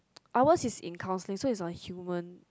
ours is in counselling so it's on human